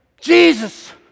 Jesus